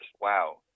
wow